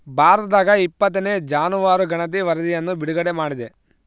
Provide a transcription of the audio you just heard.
ಭಾರತದಾಗಇಪ್ಪತ್ತನೇ ಜಾನುವಾರು ಗಣತಿ ವರಧಿಯನ್ನು ಬಿಡುಗಡೆ ಮಾಡಿದೆ